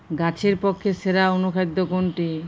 গাছের পক্ষে সেরা অনুখাদ্য কোনটি?